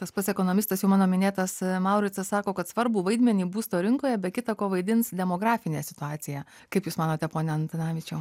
tas pats ekonomistas jau mano minėtas mauricas sako kad svarbų vaidmenį būsto rinkoje be kita ko vaidins demografinė situacija kaip jūs manote pone antanavičiau